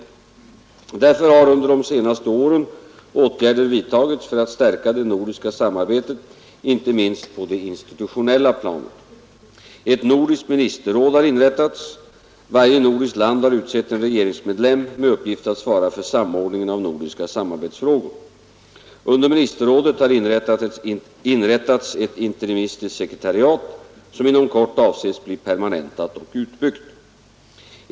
Därför har under de senaste åren åtgärder vidtagits för att stärka det nordiska samarbetet inte minst på det institutionella planet. Ett nordiskt ministerråd har inrättats. Varje nordiskt land har utsett en regeringsmedlem med uppgift att svara för samordningen av nordiska samarbetsfrågor. Under ministerrådet har inrättats ett interimistiskt sekretariat, som inom kort avses bli permanentat och utbyggt.